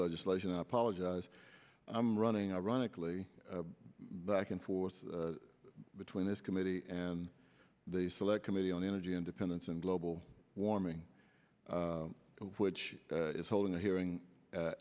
legislation i apologize i'm running ironically back and forth when this committee and the select committee on energy independence and global warming which is holding a hearing